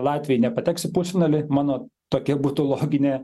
latviai nepateks į pusfinalį mano tokia būtų loginė